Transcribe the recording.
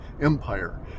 empire